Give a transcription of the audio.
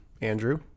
Andrew